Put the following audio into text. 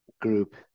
group